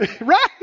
Right